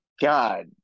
God